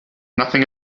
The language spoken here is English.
nothing